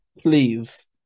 Please